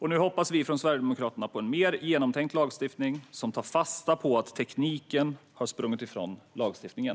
Nu hoppas vi från Sverigedemokraterna på en mer genomtänkt lagstiftning som tar fasta på att tekniken har sprungit ifrån lagstiftningen.